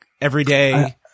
everyday